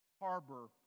harbor